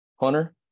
Hunter